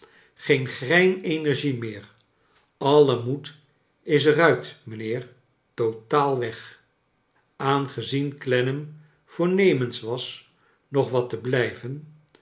geen grein energie meer alle moed is er uit mijnheer totaal weg aangezien clennam voornemens was nog wat te blijven